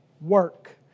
work